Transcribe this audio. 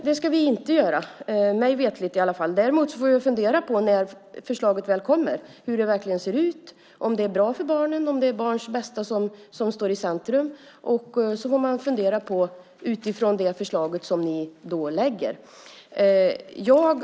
Det ska vi inte göra, mig veterligt i alla fall. Däremot får vi när förslaget väl kommer fundera på hur det verkligen ser ut, om det är bra för barnen och om det är barns bästa som står i centrum. Det får man fundera på utifrån det förslag som ni då lägger fram.